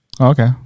okay